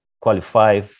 qualify